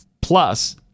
plus